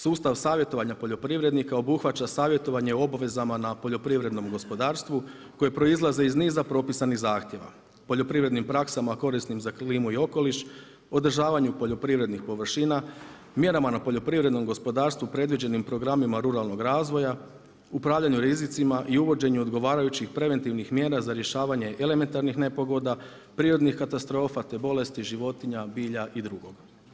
Sustav savjetovanja poljoprivrednika obuhvaća savjetovanje o obvezama na poljoprivrednom gospodarstvu koje proizlaze iz niza propisanih zahtjeva, poljoprivrednim praksama korisnim za klimu i okoliš, održavanju poljoprivrednih površina, mjerama na poljoprivrednom gospodarstvu predviđenim programima ruralnog razvoja, upravljanju rizicima i uvođenju odgovarajućih preventivnih mjera za rješavanje elementarnih nepogoda, prirodnih katastrofa te bolesti životinja, bilja i drugog.